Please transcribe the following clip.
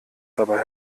dabei